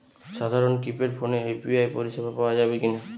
সাধারণ কিপেড ফোনে ইউ.পি.আই পরিসেবা পাওয়া যাবে কিনা?